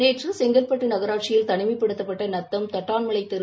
நேற்று செங்கற்பட்டு நகராட்சியில் தனிமைப்படுத்தப்பட்ட நத்தம் தட்டான்மலைத் தெரு